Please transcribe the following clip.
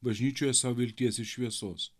bažnyčioje savo vilties ir šviesos